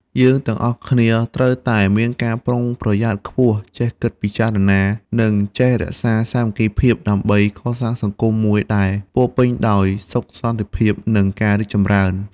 យើងទាំងអស់គ្នាត្រូវតែមានការប្រុងប្រយ័ត្នខ្ពស់ ចេះគិតពិចារណា និងចេះរក្សាសាមគ្គីភាព ដើម្បីកសាងសង្គមមួយដែលពោរពេញដោយសុខសន្តិភាព និងការរីកចម្រើន។